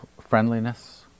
friendliness